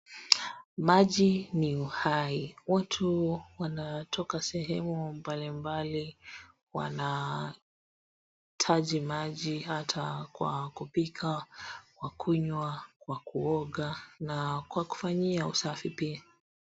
Maji ni uhai, watu wanatoka sehemu mbalimbali wanahitaji maji hata kwa kupika, kwa kunywa, kwa kuoga na kwa kufanyia usafi pia.